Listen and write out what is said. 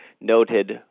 noted